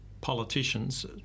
politicians